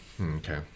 Okay